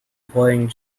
playing